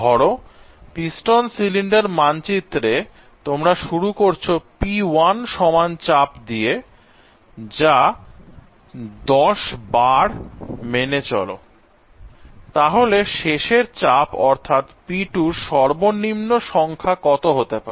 ধরো piston cylinder মানচিত্রে তোমরা শুরু করছ P1 সমান চাপ দিয়ে যা 10bar মেনে চলো তাহলে শেষের চাপ অর্থাৎ P2 এর সর্বনিম্ন সংখ্যা কত হতে পারে